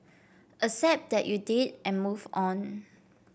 accept that you did and move on